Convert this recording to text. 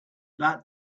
that